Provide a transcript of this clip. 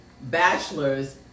bachelor's